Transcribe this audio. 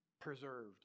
preserved